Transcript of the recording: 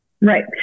Right